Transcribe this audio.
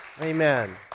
Amen